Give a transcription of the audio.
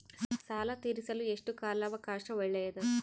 ಸಾಲ ತೇರಿಸಲು ಎಷ್ಟು ಕಾಲ ಅವಕಾಶ ಒಳ್ಳೆಯದು?